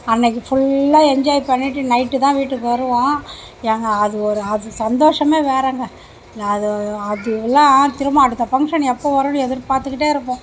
அன்றைக்கு ஃபுல்லாக என்ஜாய் பண்ணிவிட்டு நைட்டு தான் வீட்டுக்கு வருவோம் ஏங்க அது ஒரு அது சந்தோஷமே வேறேங்க அது அதெலாம் திரும்ப அடுத்த ஃபங்க்ஷன் எப்போ வருதுன்னு எதிர் பார்த்துக்கிட்டே இருப்போம்